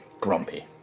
grumpy